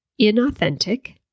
inauthentic